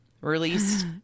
released